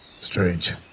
Strange